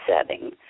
setting